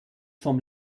vom